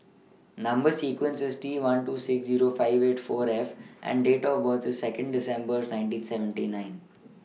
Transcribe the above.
Number sequence IS T one two six Zero five eight four F and Date of birth IS Second December nineteen seventy nine